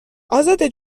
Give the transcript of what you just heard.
ازاده